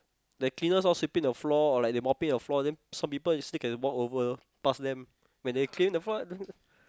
the cleaners all sweeping the floor or like they mopping the floor then some people still can walk over you know past them when they cleaning the floor eh